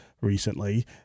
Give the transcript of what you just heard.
recently